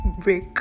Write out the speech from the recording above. break